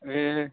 ए